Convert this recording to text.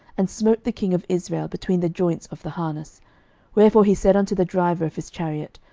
and smote the king of israel between the joints of the harness wherefore he said unto the driver of his chariot,